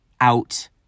out